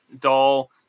doll